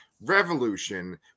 Revolution